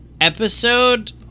episode